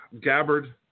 Gabbard